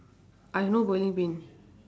I have no bowling pin